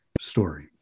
story